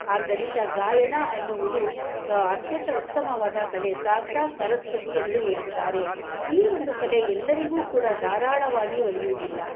ಆದ್ದರಿಂದ ಗಾಯನ ಎನ್ನುವುದು ಅತ್ಯಂತ ಉತ್ತಮವಾದ ಕಲೆ ಸಾಕ್ಷಾತ್ ಸರಸ್ವತಿ ಎಂದು ಹೇಳುತ್ತಾರೆ ಈ ಒಂದು ಕಲೆ ಎಲ್ಲರಿಗೂ ಕೂಡ ಧಾರಾಳವಾಗಿ ಒಲಿಯುವುದಿಲ್ಲ